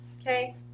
Okay